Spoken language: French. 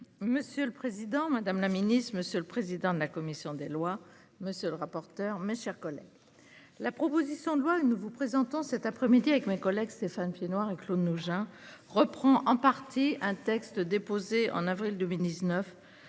Monsieur le Président Madame la Ministre, Monsieur le président de la commission des lois. Monsieur le rapporteur. Mes chers collègues. La proposition de loi, il nous vous présentons cet après-midi avec mes collègues, Stéphane Piednoir et Claude Nogent reprend en partie un texte déposé en avril